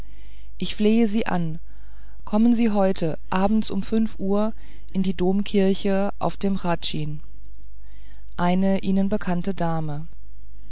ich flehe sie an kommen sie heute abends um fünf uhr in die domkirche auf dem hradschin eine ihnen bekannte dame